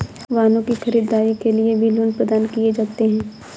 वाहनों की खरीददारी के लिये भी लोन प्रदान किये जाते हैं